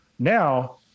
Now